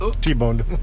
T-boned